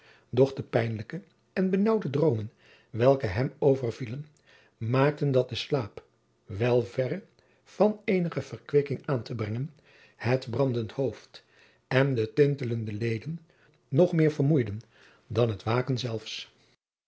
de pijnlijke en benaauwde droomen welke hem overvielen maakten dat de slaap wel verre van eenige verkwikking aan te brengen het brandend hoofd en de tintelende leden nog meer vermoeiden dan het waken zelfs